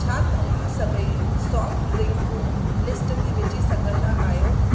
छा तव्हां सभई सॉफ़्ट ड्रिंकूं लिस्ट में विझी सघंदा आहियो